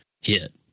hit